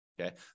Okay